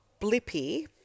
Blippi